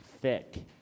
thick